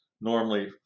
normally